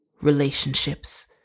relationships